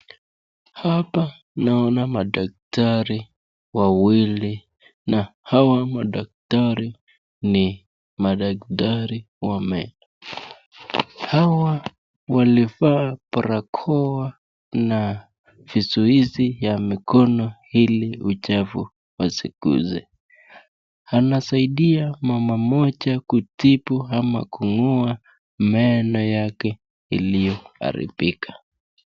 Hapa naona madaktari wawili na hawa madaktari ni madaktari waume, hawa wamevaa barakoa na vizuzi ya mikono ili uchafu isikuse, anasaidia mama mmoja kutibu ama kungoa meno yake iliyo haribika.